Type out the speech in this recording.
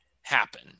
happen